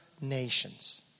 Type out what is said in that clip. nations